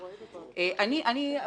אבקש,